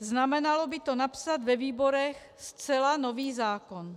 Znamenalo by to napsat ve výborech zcela nový zákon.